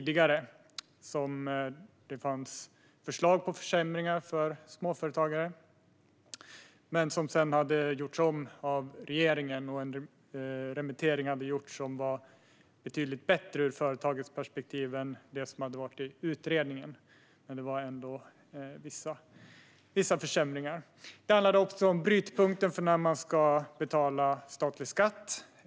Det fanns förslag på försämringar för småföretagare, som dock sedan gjordes om av regeringen. Efter en remittering var förslaget betydligt bättre ur företagens perspektiv än det som tagits fram av utredningen, men det innehöll ändå vissa försämringar. Det handlade också om brytpunkten för när man ska betala statlig skatt.